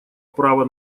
права